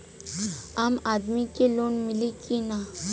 आम आदमी के लोन मिली कि ना?